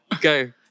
Go